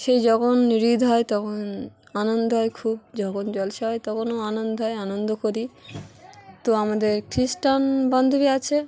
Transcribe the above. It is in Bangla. সেই যখন ইদ হয় তখন আনন্দ হয় খুব যখন জলসা হয় তখনও আনন্দ হয় আনন্দ করি তো আমাদের খ্রিস্টান বান্ধবী আছে